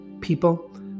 people